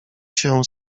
się